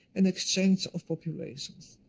an exchange of populations.